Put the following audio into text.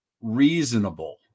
reasonable